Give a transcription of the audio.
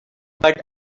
but